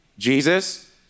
Jesus